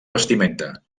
vestimenta